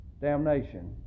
damnation